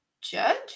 judge